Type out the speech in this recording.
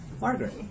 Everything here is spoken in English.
Margaret